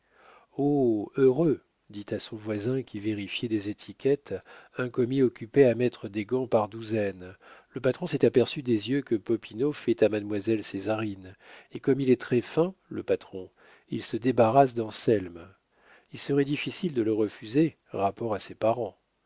heureux dit à son voisin qui vérifiait des étiquettes un commis occupé à mettre des gants par douzaines le patron s'est aperçu des yeux que popinot fait à mademoiselle césarine et comme il est très-fin le patron il se débarrasse d'anselme il serait difficile de le refuser rapport à ses parents